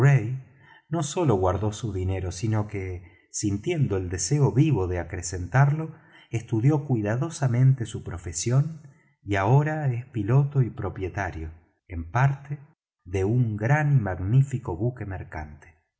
no solo guardó su dinero sino que sintiendo el deseo vivo de acrecerlo estudió cuidadosamente su profesión y ahora es piloto y propietario en parte de un grande y magnífico buque mercante